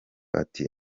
ati